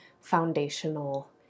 foundational